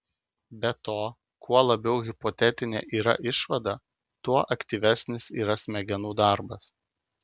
be to kuo labiau hipotetinė yra išvada tuo aktyvesnis yra smegenų darbas